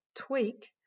tweak